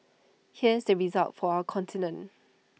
here's the result for our continent